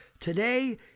Today